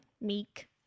Meek